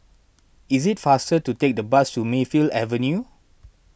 is it faster to take the bus to Mayfield Avenue